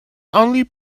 only